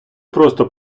просто